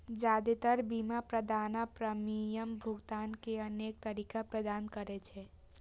जादेतर बीमा प्रदाता प्रीमियम भुगतान के अनेक तरीका प्रदान करै छै